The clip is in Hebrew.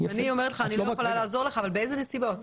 אני אומרת לך שאני לא יכולה לעזור לך אבל באיזה נסיבות?